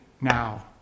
now